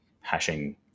hashing